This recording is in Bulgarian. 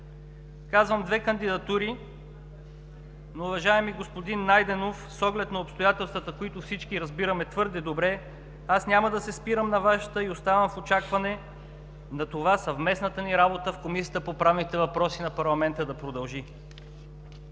Казвам две кандидатури, но, уважаеми господин Найденов, с оглед на обстоятелствата, които всички разбираме твърде добре, аз няма да се спирам на Вашата и оставам в очакване на това съвместната ни работа в Комисията по правните въпроси на парламента да продължи.